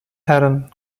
herren